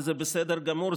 וזה בסדר גמור,